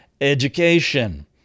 education